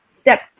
step